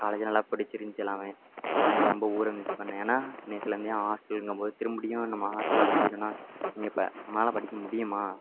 college நல்லா பிடிச்சிருந்துச்சி எல்லாமே ஆனால் ரொம்ப ஊரை மிஸ் பண்ணிணேன் ஏன்னால் சின்ன வயசில் இருந்தே ஹாஸ்டலுங்கும்போது திரும்புயும் நம்ம ஹாஸ்டலில் படிக்க சொன்னால் நீங்கள் இப்போ நம்மளால் படிக்க முடியுமா